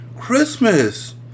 Christmas